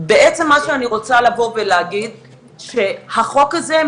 אני דוחה את ההצעה הזאת,